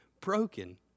broken